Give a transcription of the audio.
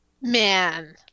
Man